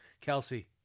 Kelsey